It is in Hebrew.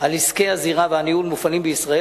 על עסקי הזירה והניהול מופעלים בישראל,